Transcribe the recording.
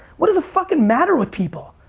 what is the fucking matter with people.